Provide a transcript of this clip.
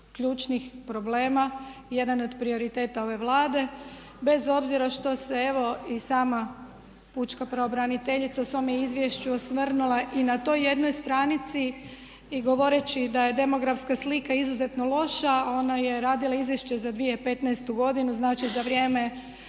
ključnih problema, jedan od prioriteta ove Vlade bez obzira što se evo i sama pučka pravobraniteljica u svome izvješću osvrnula i na toj jednoj stranici govoreći da je demografska slika izuzetno loša. Ona je radila izvješće za 2015. godinu, znači za vrijeme